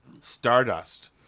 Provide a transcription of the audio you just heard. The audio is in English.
stardust